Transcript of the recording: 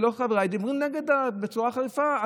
וחבריי לא דיברו נגד בצורה חריפה.